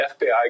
FBI